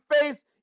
face